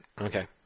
Okay